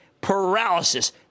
paralysis